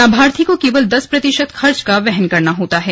लाभार्थी को केवल दस प्रतिशत खर्च का वहन करना होता है